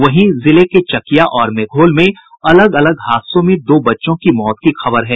वहीं जिले के चकिया और मेघोल में अलग अलग हादसों में दो बच्चों की मौत की खबर है